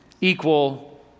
equal